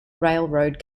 railroad